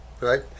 right